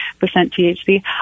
THC